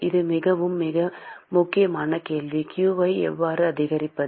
இது மிக மிக முக்கியமான கேள்வி q ஐ எவ்வாறு அதிகரிப்பது